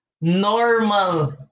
normal